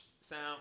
sound